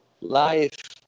life